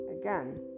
again